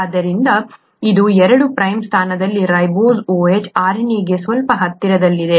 ಆದ್ದರಿಂದ ಇದು 2 ಪ್ರೈಮ್ ಸ್ಥಾನದಲ್ಲಿರುವ ರೈಬೋಸ್ OH RNA ಗೆ ಸ್ವಲ್ಪ ಹತ್ತಿರದಲ್ಲಿದೆ